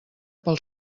pel